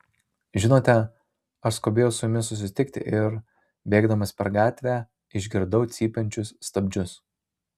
žinote aš skubėjau su jumis susitikti ir bėgdamas per gatvę išgirdau cypiančius stabdžius